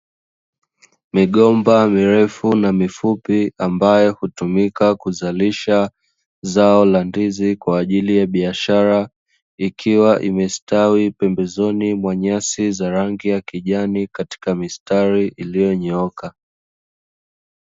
Migomba mirefu na mifupi ambayo hutumika kuzalisha zao la ndizi kwa ajili ya biashara, ikiwa imestawi pembezoni mwa nyasi za rangi ya kijani katika mistari ilionyooka .